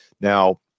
Now